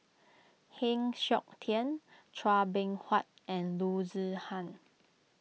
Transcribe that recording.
Heng Siok Tian Chua Beng Huat and Loo Zihan